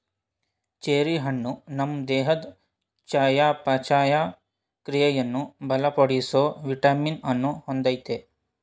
cherry ಹಣ್ಣು ನಮ್ ದೇಹದ್ ಚಯಾಪಚಯ ಕ್ರಿಯೆಯನ್ನು ಬಲಪಡಿಸೋ ವಿಟಮಿನ್ ಅನ್ನ ಹೊಂದಯ್ತೆ